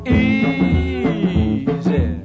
easy